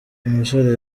umusore